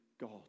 God